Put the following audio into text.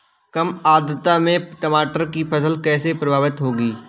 कम आर्द्रता में टमाटर की फसल कैसे प्रभावित होगी?